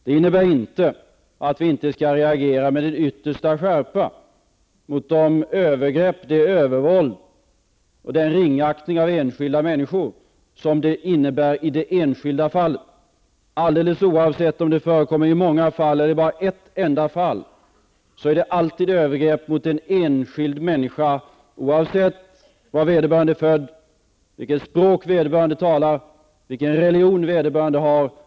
Det innebär inte att vi inte skall reagera med yttersta skärpa mot de övergrepp, det övervåld och den ringaktning av enskilda människor som det innebär i det enskilda fallet. Alldeles oavsett om det förekommer i många fall eller i bara ett enda fall är det alltid övergrepp mot en enskild människa oavsett var vederbörande är född, vilket språk vederbörande talar och vilken religion vederbörande har.